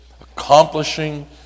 Accomplishing